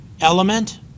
element